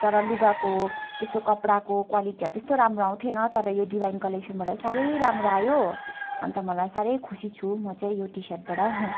तर लुगाको त्यसो कपडाको क्वालेटीहरू त्यस्तो राम्रो आउँथेन तर यो डिभाइन कलेक्सनबाट साह्रै राम्रो आयो अन्त मलाई साह्रै खुसी छु म चाहिँ यो टी सर्टबाट